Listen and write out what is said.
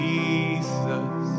Jesus